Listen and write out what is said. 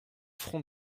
front